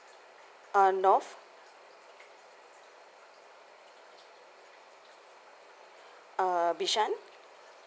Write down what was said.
um north uh bishan